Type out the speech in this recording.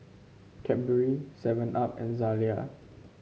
Cadbury Seven Up and Zalia